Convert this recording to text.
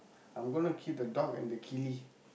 I'm gona keep the dog and the kili